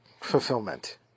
fulfillment